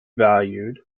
valued